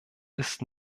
ist